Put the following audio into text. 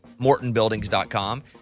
MortonBuildings.com